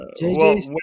JJ